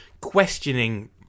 questioning